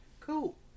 cool